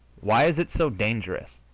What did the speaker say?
why is it so dangerous,